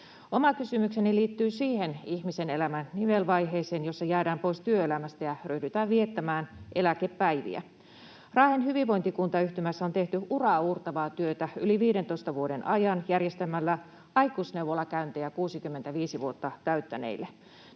Oma kysymykseni liittyy siihen ihmisen elämän nivelvaiheeseen, jossa jäädään pois työelämästä ja ryhdytään viettämään eläkepäiviä. Raahen hyvinvointikuntayhtymässä on tehty uraauurtavaa työtä yli 15 vuoden ajan järjestämällä aikuisneuvolakäyntejä 65 vuotta täyttäneille.